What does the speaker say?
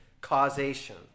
causation